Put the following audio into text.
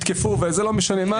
ויתקפו ולא משנה מה.